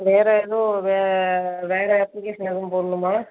வேறு எதுவும் வேறு அப்ளிக்கேஷன் எதுவும் போடணுமா